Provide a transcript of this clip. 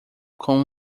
com